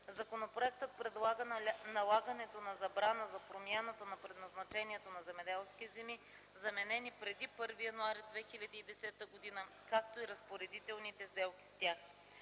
Законопроектът предлага налагането на забрана за промяната на предназначението на земеделски земи, заменени преди 1 януари 2010 г., както и разпоредителните сделки с тях.